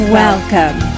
welcome